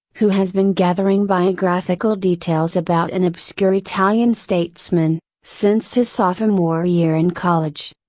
who has been gathering biographical details about an obscure italian statesman, since his sophomore year in college.